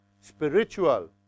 spiritual